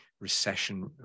recession